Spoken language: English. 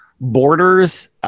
Borders